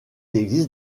existe